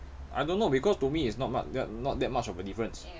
I don't know because to me it's not much not that much of a difference